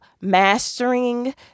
mastering